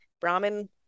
Brahmin